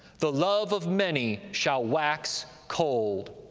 the love of many shall wax cold.